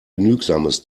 genügsames